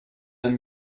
amb